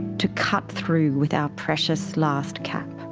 to cut through, with our precious last cap.